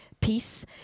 peace